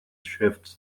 shifts